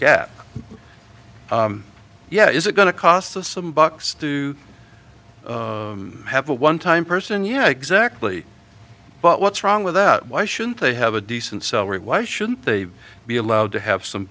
gap yeah is it going to cost us some bucks to have a one time person yeah exactly but what's wrong with that why shouldn't they have a decent salary why shouldn't they be allowed to have some